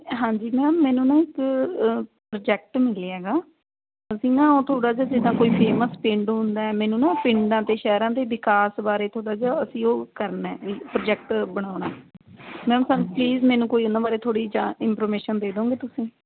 ਹਾਂਜੀ ਜੀ ਮੈਮ ਮੈਨੂੰ ਨਾ ਇੱਕ ਪ੍ਰੋਜੈਕਟ ਮਿਲਿਆ ਹੈਗਾ ਅਸੀਂ ਨਾ ਉਹ ਥੋੜ੍ਹਾ ਜਿਹਾ ਜਿੱਦਾਂ ਕੋਈ ਫੇਮਸ ਪਿੰਡ ਹੁੰਦਾ ਹੈ ਮੈਨੂੰ ਨਾ ਪਿੰਡਾ ਅਤੇ ਸ਼ਹਿਰਾਂ 'ਤੇ ਵਿਕਾਸ ਬਾਰੇ ਥੋੜ੍ਹਾ ਜਿਹਾ ਅਸੀਂ ਉਹ ਕਰਨਾ ਹੈ ਵੀ ਪ੍ਰੋਜੈਕਟ ਬਣਾਉਣਾ ਮੈਮ ਸਾਨੂੰ ਪਲੀਜ਼ ਮੈਨੂੰ ਕੋਈ ਉਹਨਾਂ ਬਾਰੇ ਥੋੜ੍ਹੀ ਜਾਣ ਇੰਫੋਰਮੇਸ਼ਨ ਦੇ ਦਿਉਂਗੇ ਤੁਸੀਂ